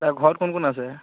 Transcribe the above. এই ঘৰত কোন কোন আছে